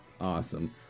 Awesome